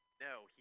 No